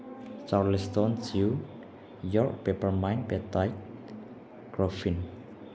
ꯆꯥꯎꯂꯤꯁꯇꯣꯟ ꯆ꯭ꯌꯨ ꯌꯣꯔꯛ ꯄꯦꯄꯔꯃꯥꯏꯟ ꯄꯦꯞꯇꯥꯏꯠ ꯀ꯭ꯔꯣꯐꯤꯟ